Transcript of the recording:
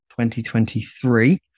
2023